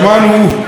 לפני כשעה,